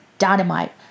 Dynamite